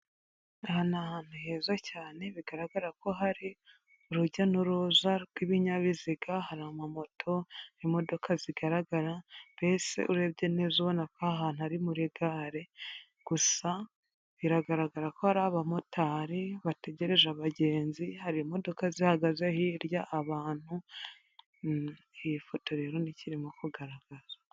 Aha ni ahantu heza cyane, bigaragara ko hari urujya n'uruza rw'ibinyabiziga, hari amamoto, imodoka zigaragara, mbese urebye neza ubona ko aha hantu ari muri gare, gusa biragaragara ko hari abamotari bategereje abagenzi, hari imodoka zihagaze hirya, abantu, iyi foto rero ni cyo irimo kugaragaza.